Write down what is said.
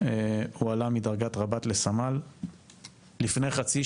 עלה לארץ לבדו ב2017 במסגרת פרויקט